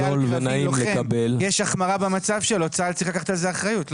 קרבי לוחם יש החמרה במצב שלו צה"ל צריך לקחת על זה אחריות,